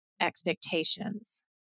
expectations